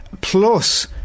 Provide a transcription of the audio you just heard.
plus